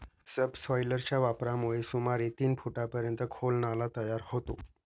सबसॉयलरच्या वापरामुळे सुमारे तीन फुटांपर्यंत खोल नाला तयार होतो